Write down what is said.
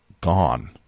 gone